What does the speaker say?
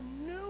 new